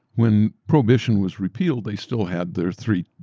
when prohibition was repealed, they still had their three.